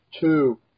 two